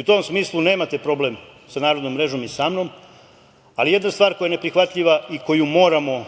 U tom smislu nemate problem sa Narodnom mrežom i sa mnom, ali jedna stvar koja je neprihvatljiva i koju moramo